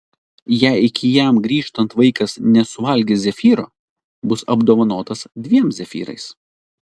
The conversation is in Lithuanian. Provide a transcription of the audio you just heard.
jei iki jam grįžtant vaikas nesuvalgys zefyro bus apdovanotas dviem zefyrais